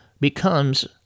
becomes